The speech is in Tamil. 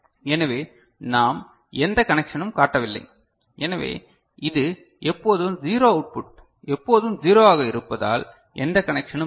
எனவே நாம் எந்த கனெக்ஷனும் காட்டவில்லை எனவே இது எப்போதும் 0 அவுட்புட் எப்போதும் 0 ஆக இருப்பதால் எந்த கனெக்ஷனும் இல்லை